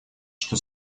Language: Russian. что